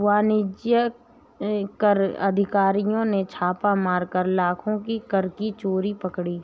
वाणिज्य कर अधिकारी ने छापा मारकर लाखों की कर की चोरी पकड़ी